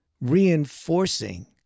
reinforcing